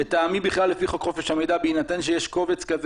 לטעמי בכלל לפי חוק חופש המידע בהינתן שיש קובץ כזה